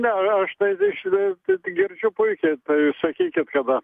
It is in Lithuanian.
ne aš tai šv girdžiu puikiai tai sakykit kad